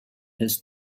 his